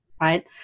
right